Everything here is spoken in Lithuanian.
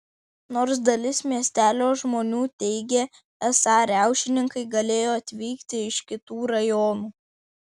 nors dalis miestelio žmonių teigė esą riaušininkai galėjo atvykti iš kitų rajonų